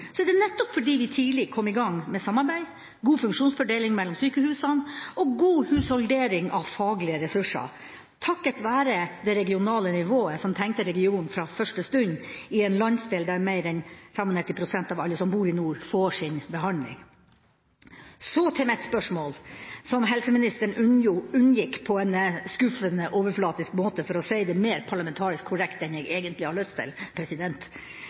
er det nettopp fordi vi tidlig kom i gang med samarbeid, god funksjonsfordeling mellom sykehusene og god husholdering av faglige ressurser, takket være det regionale nivået som tenkte region fra første stund – i en landsdel der mer enn 95 pst. av alle som bor i nord, får sin behandling. Så til mitt spørsmål, som helseministeren unngikk på en skuffende overflatisk måte, for å si det mer parlamentarisk korrekt enn jeg egentlig har lyst til.